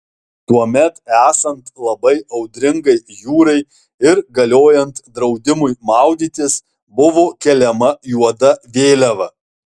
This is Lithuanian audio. tuomet esant labai audringai jūrai ir galiojant draudimui maudytis buvo keliama juoda vėliava